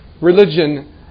religion